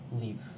leave